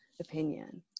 opinion